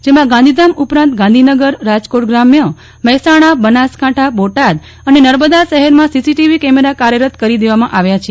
જેમાં ગાંધીધામ ઉપરાંત ગાંધીનગર રાજકોટ ગ્રામ્ય મહેસાણા બનાસકાંઠા બોટાદ અને નર્મદા શહેરમાં સીસીટીવી કેમેરા કાર્યરત કરો દવામાં આવ્યા છે